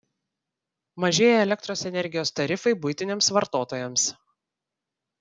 mažėja elektros energijos tarifai buitiniams vartotojams